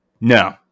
No